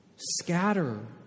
scatter